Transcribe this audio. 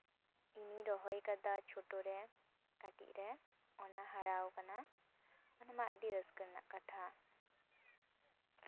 ᱤᱧᱤᱧ ᱨᱚᱦᱚᱭ ᱠᱟᱫᱟ ᱪᱷᱳᱴᱳᱨᱮ ᱠᱟᱹᱴᱤᱡ ᱨᱮ ᱚᱱᱟ ᱦᱟᱨᱟᱣ ᱠᱟᱱᱟ ᱚᱱᱟ ᱢᱟ ᱟᱹᱰᱤ ᱨᱟᱹᱥᱠᱟᱹ ᱨᱮᱱᱟᱜ ᱠᱟᱛᱷᱟ